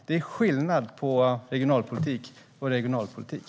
Det är skillnad på regionalpolitik och regionalpolitik.